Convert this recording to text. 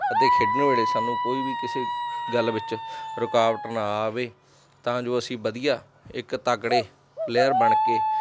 ਅਤੇ ਖੇਡਣ ਵੇਲੇ ਸਾਨੂੰ ਕੋਈ ਵੀ ਕਿਸੇ ਗੱਲ ਵਿੱਚ ਰੁਕਾਵਟ ਨਾ ਆਵੇ ਤਾਂ ਜੋ ਅਸੀਂ ਵਧੀਆ ਇੱਕ ਤਕੜੇ ਪਲੇਅਰ ਬਣ ਕੇ